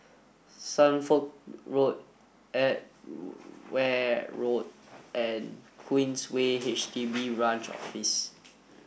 Suffolk Road Edgware Road and Queensway H D B Branch Office